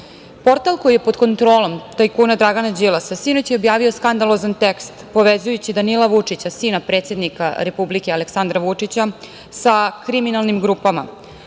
ovde. Portal koji je pod kontrolom tajkuna Dragana Đilasa sinoć je objavio skandalozan tekst povezujući Danila Vučića, sina predsednika Republike Aleksandra Vučića, sa kriminalnim grupama,